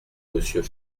monsieur